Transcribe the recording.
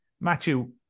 Matthew